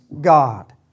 God